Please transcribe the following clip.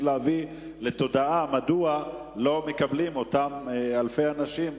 להביא לתודעה מדוע לא מקבלים אותם אלפי אנשים,